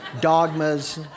dogmas